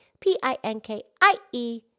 P-I-N-K-I-E